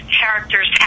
characters